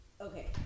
Okay